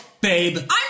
babe